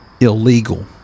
Illegal